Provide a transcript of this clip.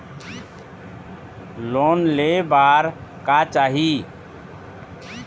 Loan ले बार का चाही?